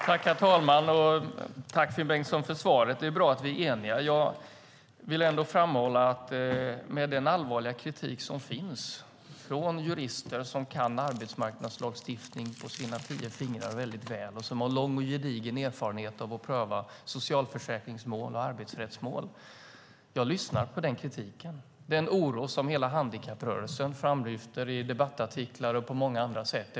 Herr talman! Tack, Finn Bengtsson, för svaret! Det är bra att vi är eniga. Jag vill ändå framhålla att jag lyssnar på den allvarliga kritik som finns från jurister som kan arbetsmarknadslagstiftningen på sina tio fingrar och som har lång och gedigen erfarenhet av att pröva socialförsäkringsmål och arbetsrättsmål. Jag lyssnar på den oro som hela handikapprörelsen lyfter fram i debattartiklar och på många andra sätt.